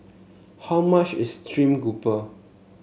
how much is stream grouper